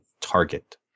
target